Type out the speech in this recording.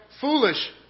foolish